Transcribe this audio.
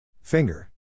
Finger